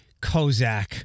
Kozak